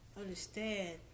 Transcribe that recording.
understand